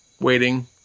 waiting